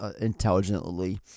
intelligently